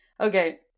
okay